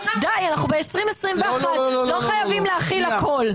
די, אנחנו ב-2021, לא חייבים להכיל הכול.